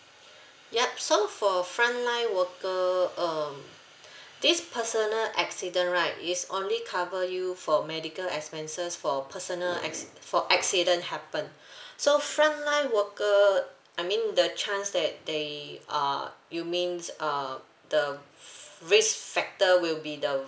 yup so for frontline worker um this personal accident right is only cover you for medical expenses for personal acci~ for accident happened so frontline worker I mean the chance that they are you means uh the risk factor will be the